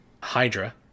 ...Hydra